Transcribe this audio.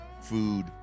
food